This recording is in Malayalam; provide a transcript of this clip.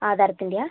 ആധാരത്തിൻ്റയാ